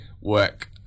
work